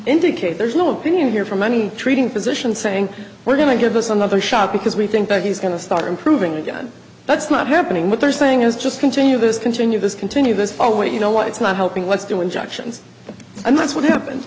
indicate there's no opinion here from any treating physician saying we're going to give us another shot because we think that he's going to start improving again that's not happening what they're saying is just continue this continue this continue this for what you know what it's not helping let's do injections and that's what happened